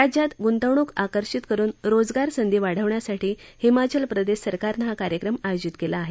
राज्यात गुंतवणूक आकर्षित करुन रोजगार संधी वाढवण्यासाठी हिमाचल प्रदेश सरकारनं हा कार्यक्रम आयोजित केला आहे